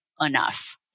enough